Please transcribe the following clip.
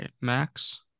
Max